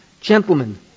gentlemen